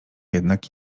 jednak